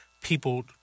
people